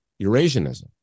Eurasianism